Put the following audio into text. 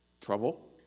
Trouble